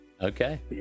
Okay